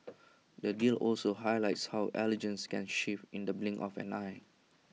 the deal also highlights how allegiances can shift in the blink of an eye